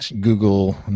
Google